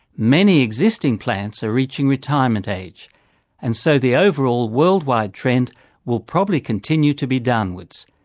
many existing plants are reaching retirement age and so the overall worldwide trend will probably continue to be downwards.